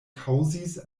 kaŭzis